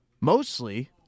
Mostly